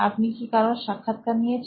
আপনি কি কারো সাক্ষাৎকার নিয়েছেন